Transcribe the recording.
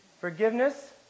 Forgiveness